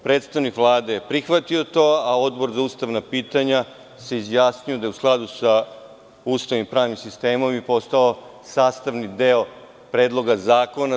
Predstavnik Vlade je prihvatio to, a Odbor za ustavna pitanja se izjasnio da je u skladu sa ustavnim i pravnim sistemom i postao je sastavni deo Predloga zakona.